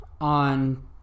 on